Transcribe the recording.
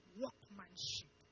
workmanship